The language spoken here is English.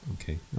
Okay